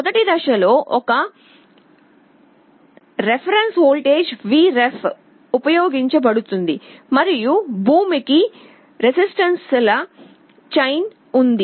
మొదటి దశలో ఒక రిఫరెన్స్ వోల్టేజ్ Vref ఉపయోగించబడుతుంది మరియు భూమికి రెసిస్టన్స్స్ల చైన్ ఉంది